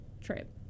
trip